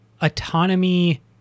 autonomy